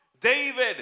David